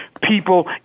people